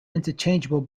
interchangeable